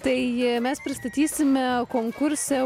tai mes pristatysime konkurse